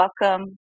welcome